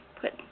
put